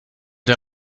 der